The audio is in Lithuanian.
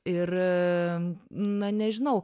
ir na nežinau